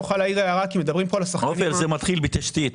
עופר, זה מתחיל בתשתית.